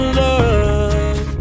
love